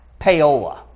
payola